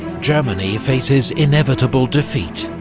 germany faces inevitable defeat,